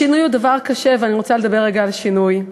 השינוי הוא דבר קשה ואני רוצה לדבר רגע על שינוי.